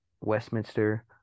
Westminster